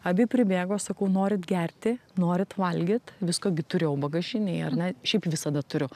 abi pribėgo sakau norit gerti norit valgyt visko gi turėjau bagažinėj ar ne šiaip visada turiu